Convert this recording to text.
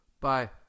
Bye